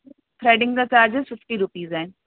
threading जा charges fifty rupees आहिनि